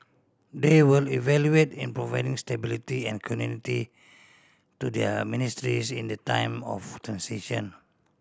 they will evaluate in providing stability and continuity to their ministries in the time of transition